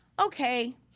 okay